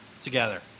together